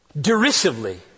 Derisively